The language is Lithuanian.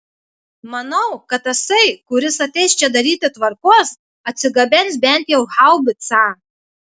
manau kad tasai kuris ateis čia daryti tvarkos atsigabens bent jau haubicą